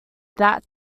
that